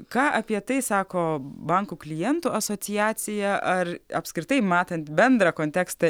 ką apie tai sako bankų klientų asociacija ar apskritai matant bendrą kontekstą